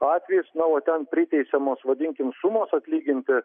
atvejis na o ten priteisiamos vadinkim sumos atlyginti